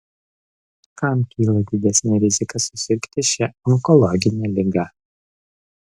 kam kyla didesnė rizika susirgti šia onkologine liga